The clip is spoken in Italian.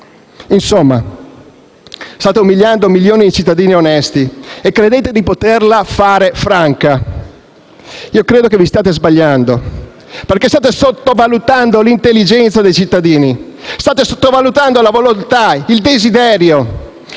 Insomma, state umiliando milioni di cittadini onesti e credete di poterla fare franca. Credo che vi stiate sbagliando, perché state sottovalutando l'intelligenza dei cittadini, state sottovalutando la volontà, il desiderio